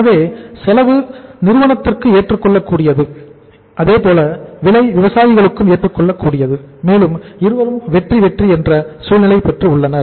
எனவே செலவு நிறுவனத்திற்கு ஏற்றுக்கொள்ளகூடியது அதேபோல் விலை விவசாயிகளுக்கும் ஏற்றுக்கொள்ளகூடியது மேலும் இருவரும் வெற்றி வெற்றி என்ற சூழ்நிலை பெற்று உள்ளனர்